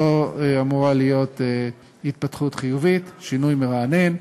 זו אמורה להיות התפתחות חיובית, שינוי מרענן.